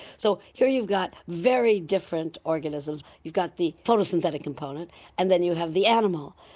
so here you've got very different organisms. you've got the photosynthetic component and then you have the animal.